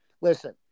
listen